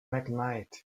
mcknight